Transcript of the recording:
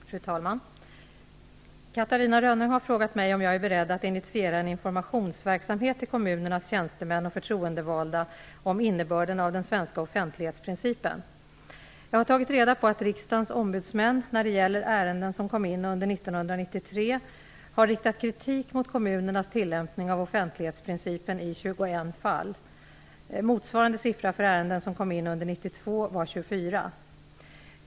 Fru talman! Catarina Rönnung har frågat mig om jag är beredd att initiera en informationsverksamhet till kommunernas tjänstemän och förtroendevalda om innebörden av den svenska offentlighetsprincipen. Jag har tagit reda på att Riksdagens ombudsmän, när det gäller ärenden som kom in under 1993, har riktat kritik mot kommunernas tillämpning av offentlighetsprincipen i 21 fall. Motsvarande siffra för ärenden som kom in under 1992 var 24.